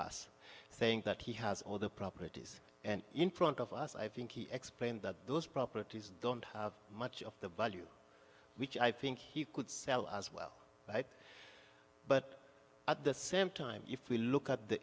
us think that he has all the properties and in front of us i think he explained that those properties much of the budget which i think he could sell as well but but at the same time if we look at the